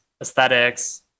aesthetics